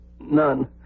None